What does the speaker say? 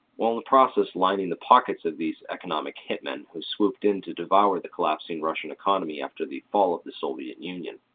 while in the process lining the pockets of these economic hit men who swooped in to devour the collapsing russian economy after the fall of the soviet union.